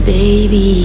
baby